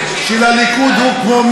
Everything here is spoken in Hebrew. אנחנו צריכים להגביר את הענישה,